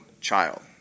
child